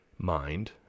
mind